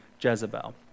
Jezebel